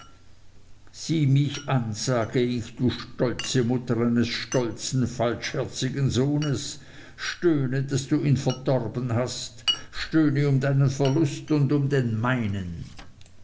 sieh mich an sage ich du stolze mutter eines stolzen falschherzigen sohnes stöhne daß du ihn verdorben hast stöhne um deinen verlust und um den meinen